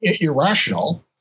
irrational